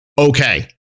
Okay